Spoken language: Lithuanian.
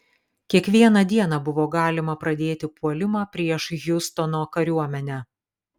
kiekvieną dieną buvo galima pradėti puolimą prieš hjustono kariuomenę